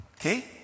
Okay